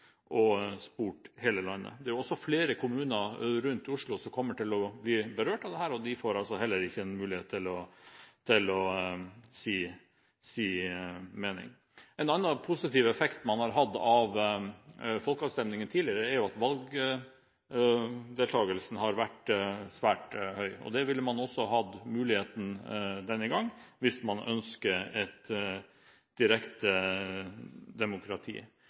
hele landet. Det er også flere kommuner rundt Oslo som kommer til å bli berørt av dette, og de får heller ikke en mulighet til å si sin mening. En annen positiv effekt man har hatt av folkeavstemninger tidligere, er at valgdeltakelsen har vært svært høy. Det ville man også hatt muligheten til denne gangen, hvis man ønsker et direkte demokrati.